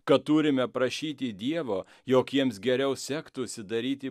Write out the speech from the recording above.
kad turime prašyti dievo jog jiems geriau sektųsi daryti